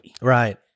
Right